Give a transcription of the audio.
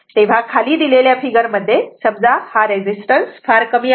तेव्हा खाली दाखवलेल्या फिगर मध्ये समजा रेझिस्टन्स फार कमी आहे